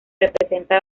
representa